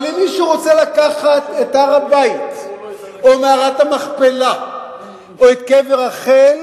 אבל אם מישהו רוצה לקחת את הר-הבית או מערת המכפלה או את קבר רחל,